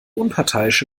unparteiische